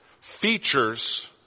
features